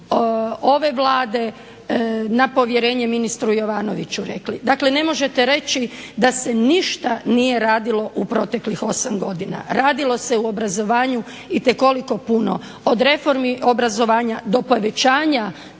ove Vlade na povjerenje ministru Jovanoviću rekli. Dakle, ne možete reći da se ništa nije radilo u proteklih osam godina. Radilo se u obrazovanju itekoliko puno od reformi obrazovanja do povećanja